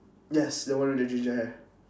yes the one with the ginger hair